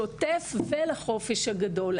בשוטף ולחופש הגדול.